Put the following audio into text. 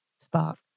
spark